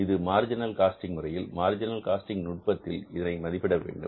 இது marginal costing முறையில் marginal costing நுட்பத்தில் இதனை மதிப்பிட வேண்டும்